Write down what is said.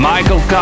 Michael